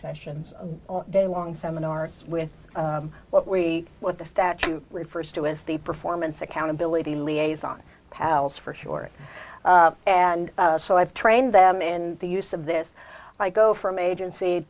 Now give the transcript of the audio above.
sessions all day long seminars with what we what the statute refers to as the performance accountability liaison pals for short and so i've trained them in the use of this i go from agency